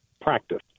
practice